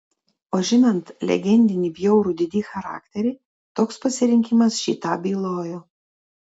o žinant legendinį bjaurų didi charakterį toks pasirinkimas šį tą bylojo